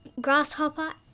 grasshopper